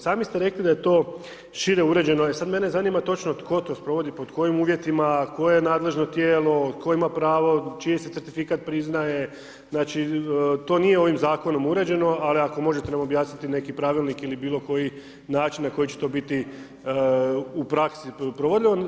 Sami ste rekli da je to šire uređeno, e sad mene zanima točno tko to sprovodi, pod kojim uvjetima, koje nadležno tijelo, ko ima pravo, čiji se certifikat priznaje znači to nije ovim zakonom uređeno, ali ako možete nam objasniti neki pravilnik ili bilo koji način na koji će to biti u praksi provodljivo.